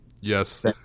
Yes